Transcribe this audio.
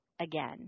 again